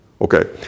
okay